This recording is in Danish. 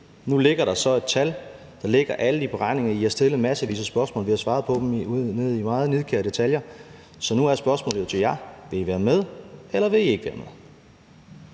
Nu ligger der så et tal, der ligger alle de beregninger, I har stillet massevis af spørgsmål, og vi har svaret på dem ned i meget nidkære detaljer. Så nu er spørgsmålet jo til jer: Vil I være med, eller vil I ikke være med?